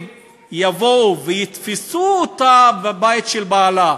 אם יבואו ויתפסו אותה בבית של בעלה,